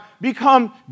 become